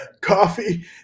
coffee